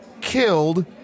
killed